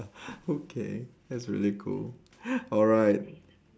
okay that's really cool alright